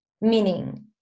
Meaning